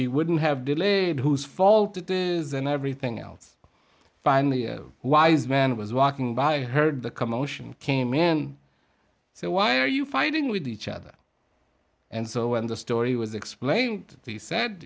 he wouldn't have delayed whose fault it is and everything else finally a wise man was walking by i heard the commotion came in so why are you fighting with each other and so when the story was explained he said